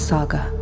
Saga